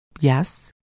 Yes